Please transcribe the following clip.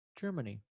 Germany